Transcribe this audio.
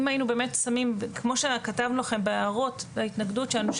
אם היינו באמת שמים כמו שכתבנו לכם בהערות בהתנגדות שלנו,